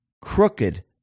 crooked